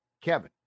kevin